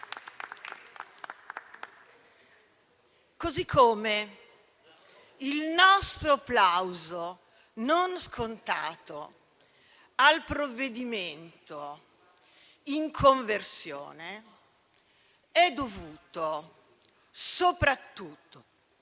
modo, il nostro plauso non scontato al provvedimento in conversione è dovuto soprattutto